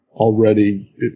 Already